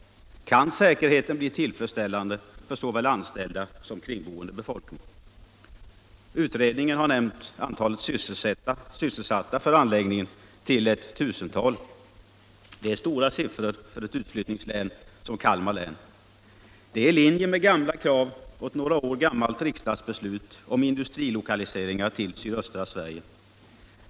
Kan säkerheten bli tillfredsställande för såväl anställda som kringboende befolkning? Utredningen hade angett antalet sysselsatta för anläggningen till ett tusental. Det är stora siffror för ett utflyttningslän som Kalmar län. Det är i linje med gamla krav och ett några år gammalt riksdagsbeslut om industrilokaliseringar till sydöstra Sverige.